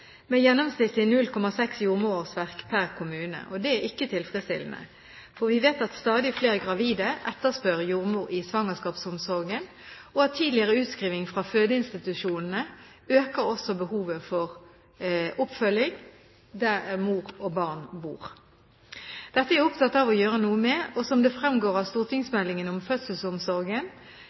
med gjennomsnittlig 0,6 jordmorårsverk per kommune. Dette er ikke tilfredsstillende. Vi vet at stadig flere gravide etterspør jordmor i svangerskapsomsorgen, og at tidligere utskrivning fra fødeinstitusjonene øker behovet for oppfølging der mor og barn bor. Dette er jeg opptatt av å gjøre noe med. Som det fremgår av stortingsmeldingen om fødselsomsorgen,